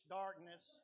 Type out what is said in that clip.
darkness